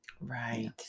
Right